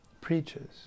preaches